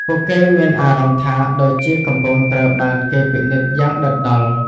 ពួកគេមានអារម្មណ៍ថាដូចជាកំពុងត្រូវបានគេពិនិត្យយ៉ាងដិតដល់។